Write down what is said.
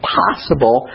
possible